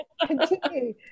continue